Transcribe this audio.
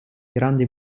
grandi